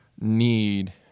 need